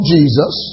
Jesus